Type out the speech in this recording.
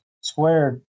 squared